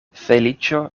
feliĉo